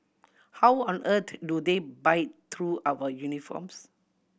how on earth do they bite through our uniforms